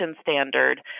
standard